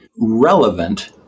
relevant